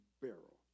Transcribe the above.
barrel